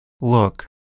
look